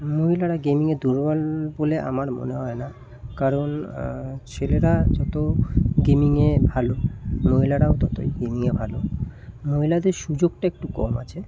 মহিলারা গেমিংয়ে দুর্বল বলে আমার মনে হয় না কারণ ছেলেরা যতো গেমিংয়ে ভালো মহিলারাও ততই গেমিংয়ে ভালো মহিলাদের সুযোগটা একটু কম আছে